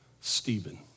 Stephen